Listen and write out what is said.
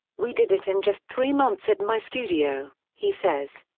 we did it in just three months at my studio, he says.